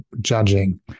judging